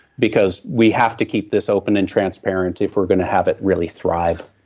because we have to keep this open and transparent if we're going to have it really thrive.